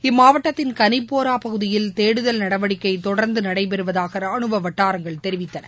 இம்மாவட்டத்தின் கனிப்போரா பகுதியில் தேடுதல் நடவடிக்கை தொடர்ந்து நடைபெறுவதாக ராணுவ வட்டாரங்கள் தெரிவித்தன